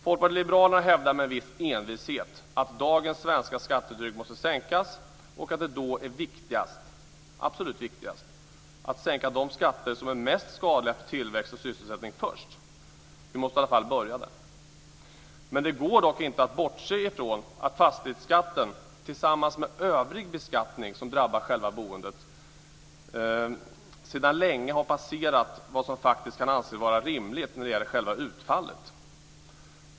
Folkpartiet liberalerna hävdar med viss envishet att dagens svenska skattetryck måste sänkas och att det då är absolut viktigast att sänka de skatter som är mest skadliga för tillväxt och sysselsättning först. Vi måste i alla fall börja där. Det går dock inte att bortse från att fastighetsskatten, tillsammans med övrig beskattning som drabbar själva boendet, sedan länge har passerat vad som faktiskt kan anses vara rimligt när det gäller själva utfallet.